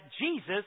Jesus